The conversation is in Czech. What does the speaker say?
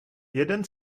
jeden